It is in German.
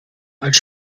als